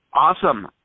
Awesome